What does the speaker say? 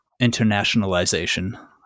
internationalization